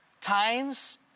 times